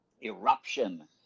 eruption